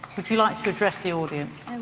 would you like to address the audience?